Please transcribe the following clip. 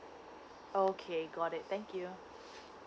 okay got it thank you